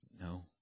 No